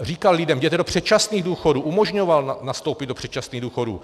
Říkal lidem: jděte do předčasných důchodu, umožňoval nastoupit do předčasných důchodů.